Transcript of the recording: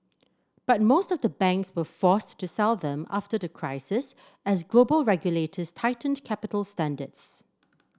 but most of the banks were forced to sell them after the crisis as global regulators tightened capital standards